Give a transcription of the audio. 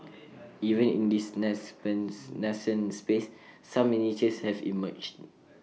even in this nascent space some niches have emerged